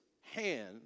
hand